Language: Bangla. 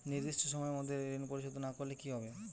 নির্দিষ্ট সময়ে মধ্যে ঋণ পরিশোধ না করলে কি হবে?